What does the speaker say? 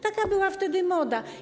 Taka była wtedy moda.